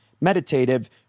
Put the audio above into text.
meditative